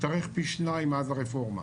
התארך פי שניים מאז הרפורמה.